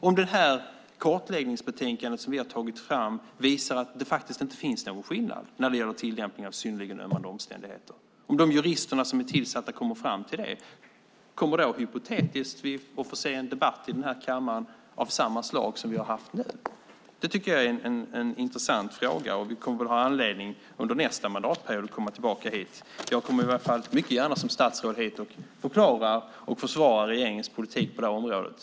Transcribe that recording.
Anta att det kartläggningsbetänkande som vi har tagit fram visar att det inte finns någon skillnad när det gäller tillämpning av synnerligen ömmande omständigheter. Om de jurister som är tillsatta kommer fram till det - kommer vi då hypotetiskt att få en debatt i den här kammaren av samma slag som vi har haft nu? Det tycker jag är en intressant fråga. Vi kommer väl att ha anledning att komma tillbaka hit under nästa mandatperiod. Jag kommer i varje fall mycket gärna hit som statsråd och förklarar och försvarar regeringens politik på området.